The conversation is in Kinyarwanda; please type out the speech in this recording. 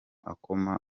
akoma